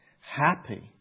happy